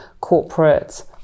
corporate